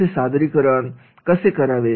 असे सादरीकरण कसे करावे